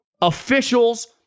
officials